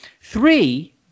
three